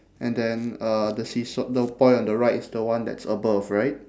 and then uh the seesa~ the boy on the right is the one that's above right